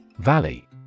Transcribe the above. Valley